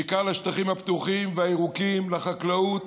בעיקר לשטחים הפתוחים והירוקים, לחקלאות,